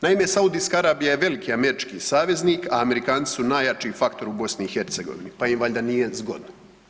Naime, Saudijska Arabija je veliki američki saveznik, a Amerikanci su najjači faktor u BiH, pa im valjda nije zgodno.